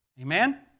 Amen